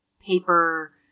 paper